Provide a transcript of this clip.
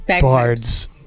bards